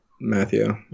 Matthew